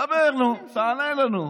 דבר, נו, תענה לנו.